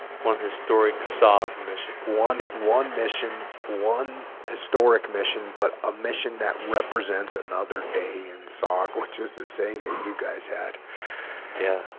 one historic sog mission one one mission one historic mission but a mission that represents another day in sauk which was the saying that you guys had yeah